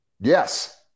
Yes